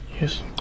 Yes